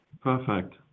Perfect